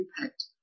impact